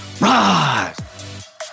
rise